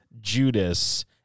Judas